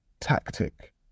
tactic